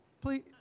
please